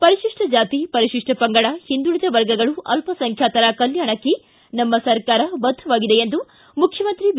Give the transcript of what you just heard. ಪರಿಶಿಷ್ಟ ಜಾತಿ ಪರಿಶಿಷ್ಟ ಪಂಗಡ ಹಿಂದುಳಿದ ವರ್ಗಗಳು ಅಲ್ಪಸಂಖ್ಯಾತರ ಕಲ್ಯಾಣಕ್ಕೆ ನಮ್ಮ ಸರ್ಕಾರ ಬದ್ಧವಾಗಿದೆ ಎಂದು ಮುಖ್ಯಮಂತ್ರಿ ಬಿ